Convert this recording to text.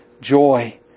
joy